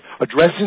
Addressing